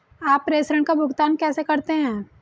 आप प्रेषण का भुगतान कैसे करते हैं?